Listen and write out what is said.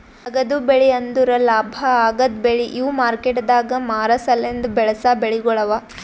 ನಗದು ಬೆಳಿ ಅಂದುರ್ ಲಾಭ ಆಗದ್ ಬೆಳಿ ಇವು ಮಾರ್ಕೆಟದಾಗ್ ಮಾರ ಸಲೆಂದ್ ಬೆಳಸಾ ಬೆಳಿಗೊಳ್ ಅವಾ